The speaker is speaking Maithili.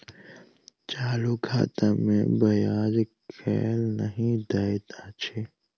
चालू खाता मे ब्याज केल नहि दैत अछि